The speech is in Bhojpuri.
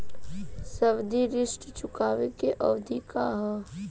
सावधि ऋण चुकावे के अवधि का ह?